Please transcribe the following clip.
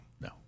No